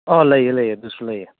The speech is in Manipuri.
ꯑꯣ ꯂꯩꯌꯦ ꯂꯩꯌꯦ ꯑꯗꯨꯁꯨ ꯂꯩꯌꯦ